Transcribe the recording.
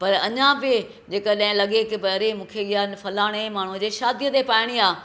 पर अञा बि जेकड॒हिं लगे॒ की भई अरे मूंखे इहा फलाणे माण्हूअ जे शादीअ ते पाइणी आहे